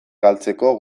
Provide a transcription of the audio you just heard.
galtzeko